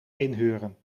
inhuren